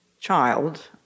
child